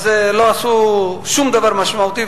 אז לא עשו דבר משמעותי,